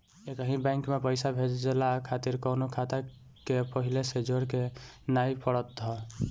एकही बैंक में पईसा भेजला खातिर कवनो खाता के पहिले से जोड़े के नाइ पड़त हअ